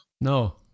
no